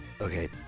Okay